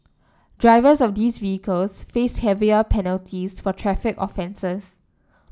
drivers of these vehicles face heavier penalties for traffic offences